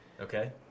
Okay